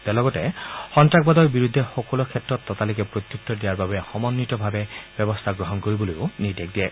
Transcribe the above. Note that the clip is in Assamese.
তেওঁ লগতে সন্তাসবাদৰ বিৰুদ্ধে সকলো ক্ষেত্ৰত ততালিকে প্ৰত্যুত্তৰ দিয়াৰ বাবে সময়িতভাৱে ব্যৱস্থা গ্ৰহণ কৰিবলৈ নিৰ্দেশ দিয়ে